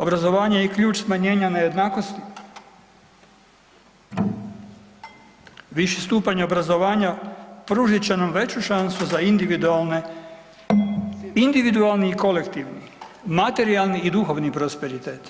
Obrazovanje je ključ smanjenja nejednakosti, viši stupanj obrazovanja pružit će nam veću šansu za individualni i kolektivni, materijalni i duhovni prosperitet